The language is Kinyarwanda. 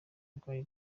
rwa